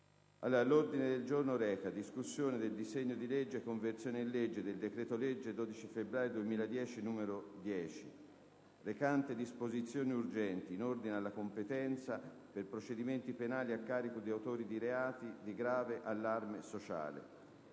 Il Senato, in sede di esame del disegno di legge di conversione del decreto-legge 12 febbraio 2010, n. 10, recante disposizioni urgenti in ordine alla competenza per procedimenti penali a carico di autori di reati di grave allarme sociale;